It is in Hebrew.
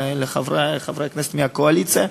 לחברי חברי הכנסת מהקואליציה,